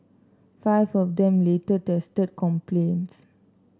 five of them later tested compliant